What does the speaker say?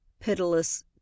pitiless